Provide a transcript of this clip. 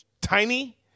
tiny